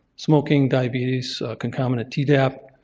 smoking, diabetes, concomitant tdap,